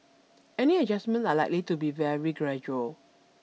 any adjustments are likely to be very gradual